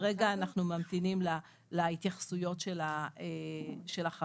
כרגע אנחנו ממתינים להתייחסויות של החברות,